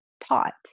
taught